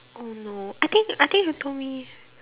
oh no I think I think you told me